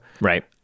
Right